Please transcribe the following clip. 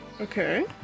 Okay